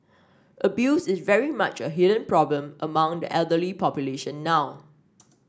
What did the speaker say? abuse is very much a hidden problem among the elderly population now